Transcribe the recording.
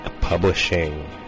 Publishing